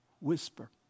whisper